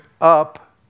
up